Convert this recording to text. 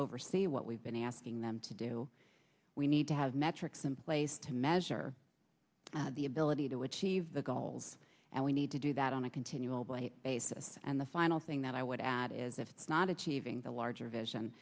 oversee what we've been asking them to do we need to have metrics in place to measure the ability to achieve the goals and we need to do that on a continual basis and the final thing that i would add is that it's not achieving the larger